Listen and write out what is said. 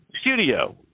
studio